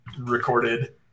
recorded